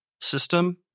system